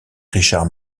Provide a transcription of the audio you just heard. richard